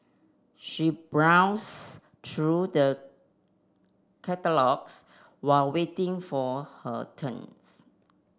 she browse through the catalogues while waiting for her turn